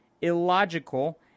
illogical